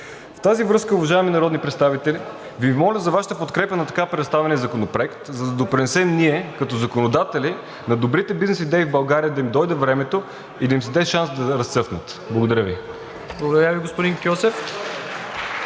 В тази връзка, уважаеми народни представители, Ви моля за Вашата подкрепа на така представения законопроект, за да допринесем ние като законодатели на добрите бизнес идеи в България да им дойде времето и да им се даде шанс да разцъфнат. Благодаря Ви. (Ръкопляскания от